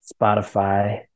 Spotify